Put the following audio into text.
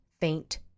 faint